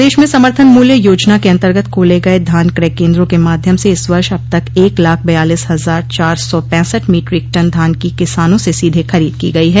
प्रदेश में समर्थन मूल्य योजना के अन्तर्गत खोले गये धान क्रय केन्द्रों के माध्यम से इस वर्ष अब तक एक लाख बयालीस हजार चार सौ पैंसठ मीट्रिक टन धान की किसानों से सीधे खरीद की गई है